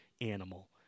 animal